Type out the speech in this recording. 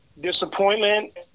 disappointment